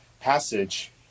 passage